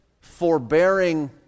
forbearing